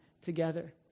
together